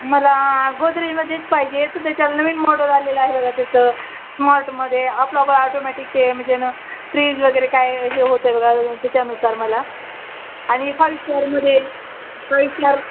मला गोदरेजमध्येच पाहिजे तर त्याच्या नवीन मॉडेल आलेला आहे बघा त्याचं स्मार्टमध्ये आपला ऑटोमॅटिक ते म्हणजे फ्रीज वगैरे काय हे होतंय बघा त्याच्यानुसार मला आणि फाईव स्टारमध्ये फाईव स्टार